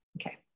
Okay